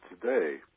today